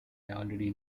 already